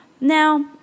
Now